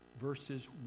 verses